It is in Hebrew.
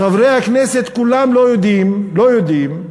חברי הכנסת כולם לא יודעים, לא יודעים,